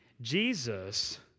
Jesus